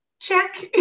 Check